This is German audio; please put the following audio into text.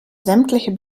sämtliche